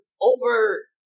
over